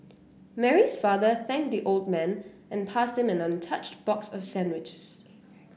Mary's father thanked the old man and passed him an untouched box of sandwiches